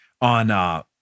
on